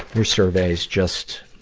your surveys just,